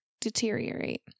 deteriorate